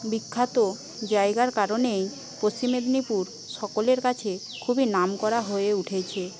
বিখ্যাত জায়গার কারণেই পশ্চিম মেদিনীপুর সকলের কাছে খুবই নামকরা হয়ে উঠেছে